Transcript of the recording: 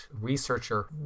researcher